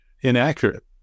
inaccurate